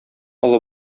олы